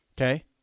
Okay